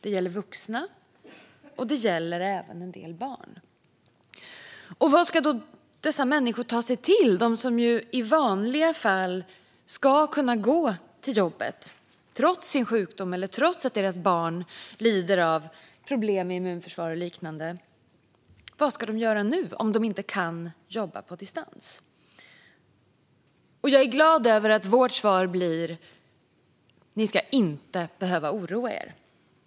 Det gäller vuxna, och det gäller även en del barn. Vad ska då dessa människor ta sig till, de som i vanliga fall ska kunna gå till jobbet trots sin sjukdom eller trots att deras barn lider av problem med immunförsvar och liknande? Vad ska de göra nu om de inte kan jobba på distans? Jag är glad över att vårt svar blir: Ni ska inte behöva oroa er.